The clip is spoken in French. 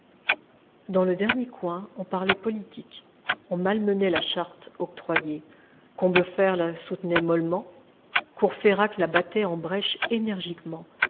dans le dernier coin on parlait politique on malmenait la charte octroyée combeferre la soutenait mollement courfeyrac la battait en brèche énergiquement